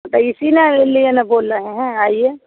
तो इसी न लिए न बोल रहे हैं आइए